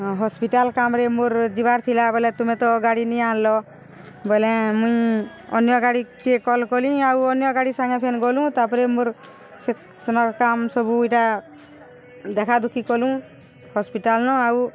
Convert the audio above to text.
hospital କାମରେ ମୋର ଯିବାର ଥିଲା ବୋଇଲେ ତୁମେ ତ ଗାଡ଼ି ନେଇ ଆଣଲ ବୋଇଲେ ମୁଇଁ ଅନ୍ୟ ଗାଡ଼ିିକେ କଲ୍ କଲି ଆଉ ଅନ୍ୟ ଗାଡ଼ି ସାଙ୍ଗେ ଫେନ୍ ଗଲୁ ତାପରେ ମୋର ସେ ସେନ କାମ ସବୁ ଏଇଟା ଦେଖା ଦୁଃଖି କଲୁ ହସ୍ପିଟାଲ୍ ନ ଆଉ